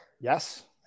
Yes